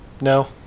No